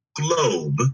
globe